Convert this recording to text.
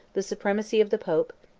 the supremacy of the pope,